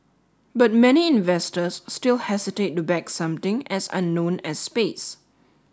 but many investors still hesitate to back something as unknown as space